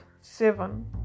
seven